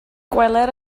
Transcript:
gweler